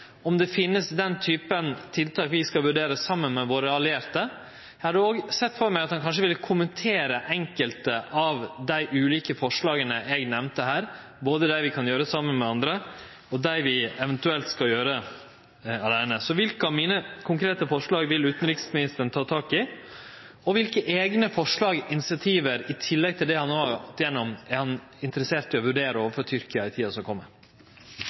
om det finst den typen tiltak vi skal vurdere saman med våre allierte. Eg hadde òg sett for meg at han kanskje ville kommentere enkelte av dei ulike forslaga eg nemnde her, både dei vi kan gjere saman med andre, og dei vi eventuelt skal gjere åleine. Kva for eit av dei konkrete forslaga mine vil utanriksministeren ta tak i? Og kva for eigne forslag/initiativ – i tillegg til dei han no har gått igjennom – er han interessert i å vurdere overfor Tyrkia i tida som